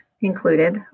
included